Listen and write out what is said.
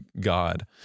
God